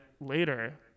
later